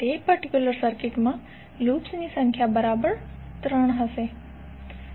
તે પર્ટિક્યુલર સર્કિટમાં લૂપ્સ ની સંખ્યા બરાબર 3 હશે